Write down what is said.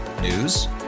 News